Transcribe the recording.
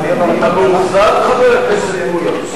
אתה מאוכזב, חבר הכנסת מולה?